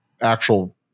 actual